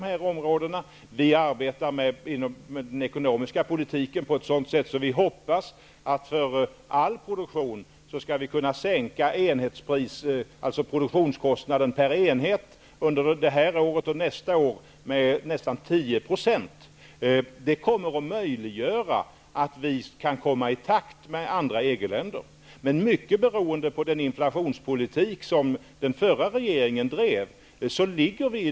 Vi i regeringen arbetar med den ekonomiska politiken på ett sådant sätt att vi hoppas att under det här året och nästa år kunna sänka produktionskostnaden per enhet med nästan 10 %. Det kommer att möjliggöra att vi kommer i takt med andra EG-länder. I dag ligger vi på en felaktigt nivå, mycket beroende på den inflationspolitik som den förra regeringen drev.